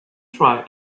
try